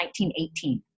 1918